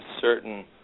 certain